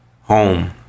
home